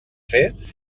fer